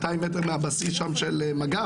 200 מטר מהבסיס של מג"ב,